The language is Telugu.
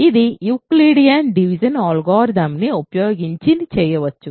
ఇది యూక్లిడియన్ డివిజన్ అల్గారిథమ్ని ఉపయోగించి చేయవచ్చు